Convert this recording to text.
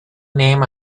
name